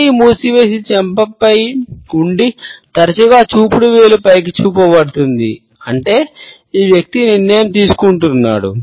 చేయి మూసివేసి చెంపపై ఉండి తరచుగా చూపుడు వేలు పైకి చూపబడుతుంది అంటే ఈ వ్యక్తి నిర్ణయం తీసుకుంటున్నాడు